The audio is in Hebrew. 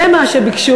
זה מה שביקשו,